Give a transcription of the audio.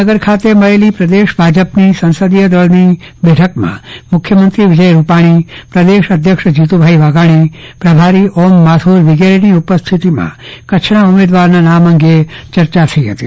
ગાંધીનગર ખાતે મળેલી પ્રદેશ ભાજપની સંસદીય દળની બેઠકમાં મુખ્યમંત્રી વિજય રૂપાણી પ્રદેશ અધ્યક્ષ જીતુભાઈ વાઘાણી પ્રભારી ઓમ માથુર વિગેરેની ઉપસ્થિતિમાં કચ્છના ઉમેદવારના નામ અંગે ચર્ચા થઈ હતી